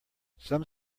some